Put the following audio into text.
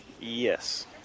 yes